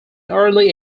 early